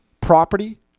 Property